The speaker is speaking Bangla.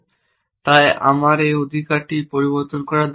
তাই আমার এই অধিকারটি পরিবর্তন করার দরকার নেই